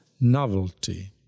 novelty